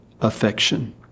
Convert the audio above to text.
affection